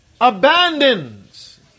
abandons